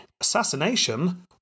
Assassination